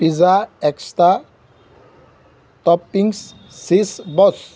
pizza extra toppings cheese worst